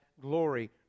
glory